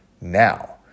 now